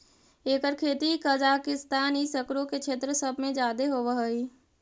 एकर खेती कजाकिस्तान ई सकरो के क्षेत्र सब में जादे होब हई